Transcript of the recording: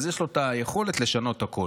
אז יש לו את היכולת לשנות הכול.